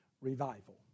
revival